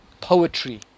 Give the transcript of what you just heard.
poetry